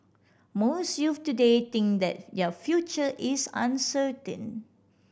most youths today think that their future is uncertain